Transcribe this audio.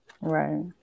Right